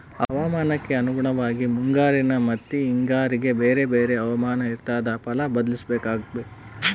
ಹವಾಮಾನಕ್ಕೆ ಅನುಗುಣವಾಗಿ ಮುಂಗಾರಿನ ಮತ್ತಿ ಹಿಂಗಾರಿಗೆ ಬೇರೆ ಬೇರೆ ಹವಾಮಾನ ಇರ್ತಾದ ಫಲ ಬದ್ಲಿಸಬೇಕು